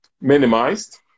minimized